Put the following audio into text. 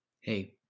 Hey